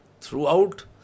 Throughout